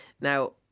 Now